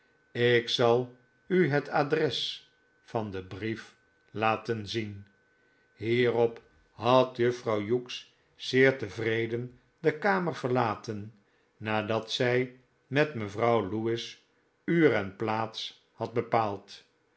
ik zal u het adres van den brief laten zien hierop had juffrouw hughes zeer tevreden de kamer verlaten nadat zij met mevrouw lewis uur en plaats had bepaald